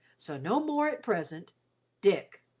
so no more at present dick.